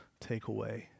takeaway